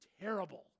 terrible